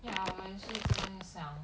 ya 我也是这么想